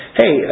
hey